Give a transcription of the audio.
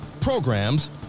programs